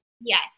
yes